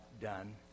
done